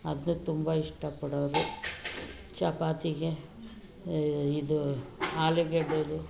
ಅದನ್ನ ತುಂಬ ಇಷ್ಟ ಪಡೋರು ಚಪಾತಿಗೆ ಇದು ಆಲೂಗೆಡ್ಡೆದು